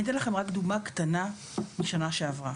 אני אתן לכם רק דוגמה קטנה משנה שעברה.